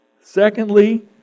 Secondly